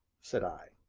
said i.